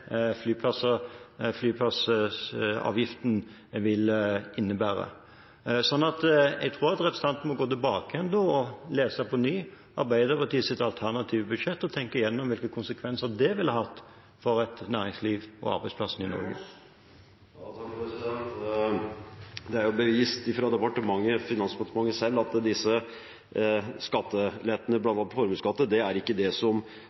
flyplassavgiften vil innebære. Jeg tror at representanten må gå tilbake igjen og på ny lese Arbeiderpartiets alternative budsjett – og tenke igjennom hvilke konsekvenser det ville hatt for næringslivet og arbeidsplassene i Norge. Det er bevist av Finansdepartementet selv at skattelettene, bl.a. i formuesskatten, ikke er medisinen for å skape flere arbeidsplasser. Da er det andre medisiner som